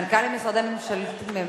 מנכ"ל למשרדי הממשלה,